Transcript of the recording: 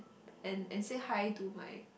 and and say hi to my